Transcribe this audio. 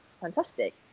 fantastic